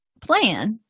plan